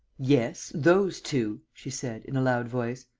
yes, those two, she said, in a loud voice.